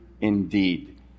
indeed